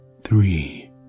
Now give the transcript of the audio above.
three